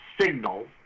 signal